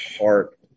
heart